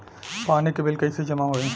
पानी के बिल कैसे जमा होयी?